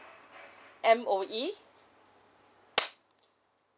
M_O_E